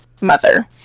mother